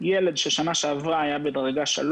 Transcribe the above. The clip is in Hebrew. ילד שהיה בשנה שעברה בדרגה 3